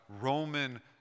Roman